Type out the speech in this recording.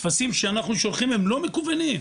הטפסים שאנחנו שולחים הם לא מקוונים,